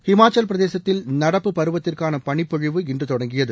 ஹிமாச்சல் பிரதேசத்தில் நடப்பு பருவத்திற்கான பளிப்பொழிவு இன்று தொடங்கியது